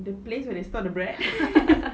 the place where they store the bread